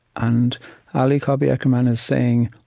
and ali cobby eckermann is saying,